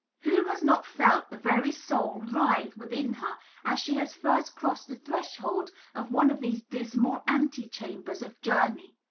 who has not felt the very soul writhe within her as she has first crossed the threshold of one of these dismal antechambers of journey?